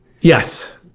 yes